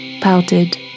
Pouted